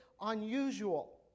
unusual